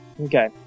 Okay